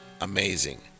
amazing